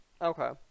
Okay